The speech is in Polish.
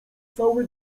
cały